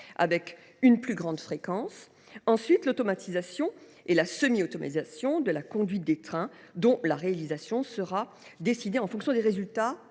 avec une plus grande fréquence. Ensuite, l’automatisation ou la semi automatisation de la conduite des trains, dont la réalisation sera décidée en fonction des résultats